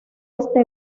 este